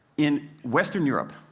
in western europe,